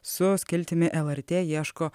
su skiltimi lrt ieško